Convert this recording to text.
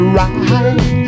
right